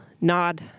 nod